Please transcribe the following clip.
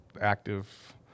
active